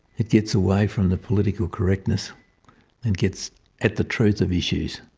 it gets away from the political correctness and gets at the truth of issues.